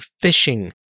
fishing